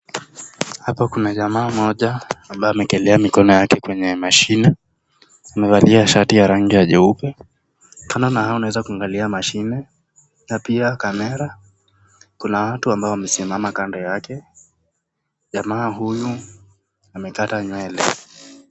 Hapa kuna jamaa mmja ambaye ameekelea mikono yake kwenye mashini, amevalia shati ya rangi ya nyeupe, kando naye unaweza kuangalia mashine na kamera, kuna watu ambao wamesimama kando yake, jamaa huyu amekata nywele.